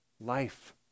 life